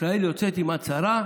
ישראל יוצאת עם הצהרה